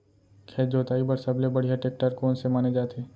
खेत जोताई बर सबले बढ़िया टेकटर कोन से माने जाथे?